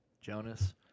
Jonas